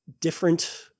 different